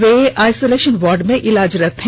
वे isolation ward में इलाजरत है